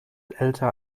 älter